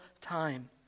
time